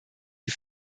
die